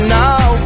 now